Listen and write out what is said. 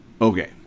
Okay